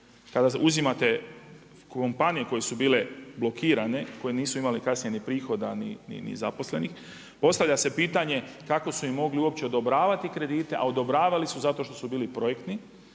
kada uzimate kompanije koje su bile blokirane, koje nisu imale kasnije ni prihoda ni zaposlenih, postavlja se pitanje kako su im mogli uopće odobravati kredite, a odobravali su zato što su bili projektni,